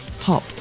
Pop